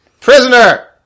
prisoner